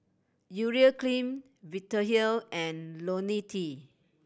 Urea Cream Vitahealth and Lonil T